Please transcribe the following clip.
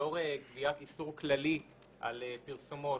לאור קביעת איסור כללי על פרסומות,